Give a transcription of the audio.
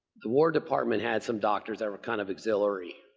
the war department had some doctors that were kind of auxiliary